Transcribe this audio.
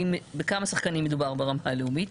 בכמה שחקנים מדובר ברמה הלאומית?